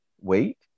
wait